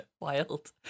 Wild